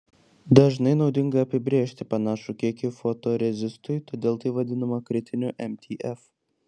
dažnai naudinga apibrėžti panašų kiekį fotorezistui todėl tai vadinama kritiniu mtf